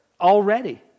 already